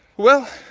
well,